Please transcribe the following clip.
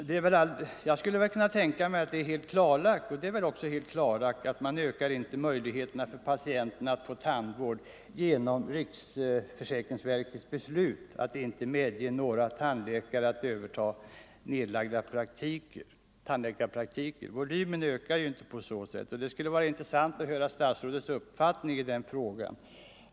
Det är väl också helt klarlagt att man inte ökar patienternas möjligheter att få tandvård genom riksförsäkringsverkets beslut att inte medge några tandläkare att överta nedlagda tandläkarpraktiker. Volymen ökar inte genom det beslutet, och det skulle vara intressant att höra statsrådets uppfattning i den frågan.